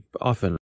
often